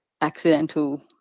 accidental